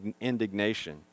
indignation